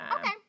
Okay